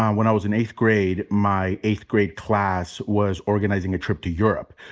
um when i was in eighth grade, my eighth grade class was organizing a trip to europe.